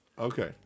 Okay